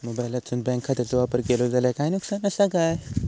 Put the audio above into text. मोबाईलातसून बँक खात्याचो वापर केलो जाल्या काय नुकसान असा काय?